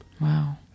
Wow